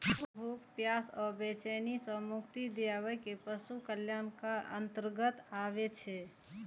पशु कें भूख, प्यास आ बेचैनी सं मुक्ति दियाएब पशु कल्याणक अंतर्गत आबै छै